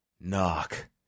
knock